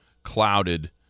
clouded